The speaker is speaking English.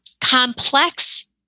complex